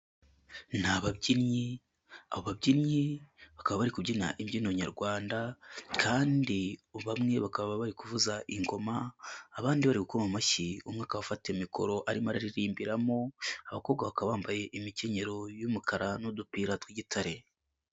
Ni ababyinnyi abo babyinnyi bakaba bari kubyina imbyino nyarwanda kandi bamwe bakaba bari kuvuza ingoma, abandi bari gukoma amashyi, umwe akaba afate mikoro arimo araririmbiramo, abakobwa bakaba bambaye imikenyero y'umukara n'udupira tw'igitare.